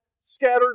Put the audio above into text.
scattered